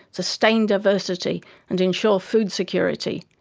sustain diversity and ensure food-security.